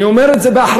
אני אומר את זה באחריות,